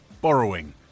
borrowing